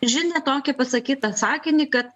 žinią tokią pasakytą sakinį kad